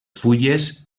fulles